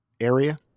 area